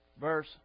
verse